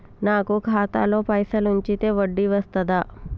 నాకు ఖాతాలో పైసలు ఉంచితే వడ్డీ వస్తదా?